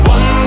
One